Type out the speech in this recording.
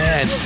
Man